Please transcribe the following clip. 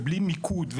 ובלי מיקוד,